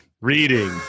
Reading